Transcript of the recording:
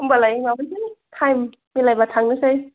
होम्बालाय माबोनोसैलै टाइम मिलायबा थांनोसै